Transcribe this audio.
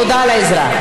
תודה על העזרה.